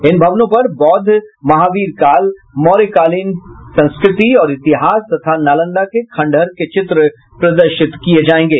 इन भवनों पर बौद्ध महावीर काल मौर्य कालीन संस्कृति और इतिहास तथा नालंदा के खंडहर के चित्र प्रदर्शित किये जायेंगे